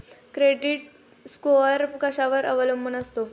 Credit score कशावर अवलंबून असतो?